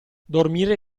dormire